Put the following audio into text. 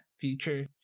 future